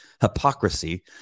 hypocrisy